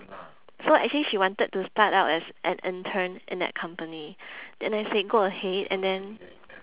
so actually she wanted to start out as an intern in that company then I said go ahead and then